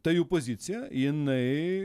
ta jų pozicija jinai